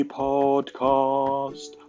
podcast